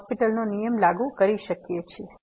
L'Hospital નો નિયમ લાગુ કરી શકીએ છીએ